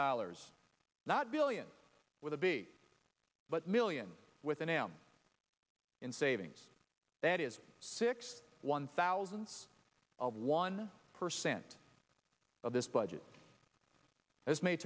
dollars not billion with a b but million with an m in savings that is six one thousand of one percent of this budget as may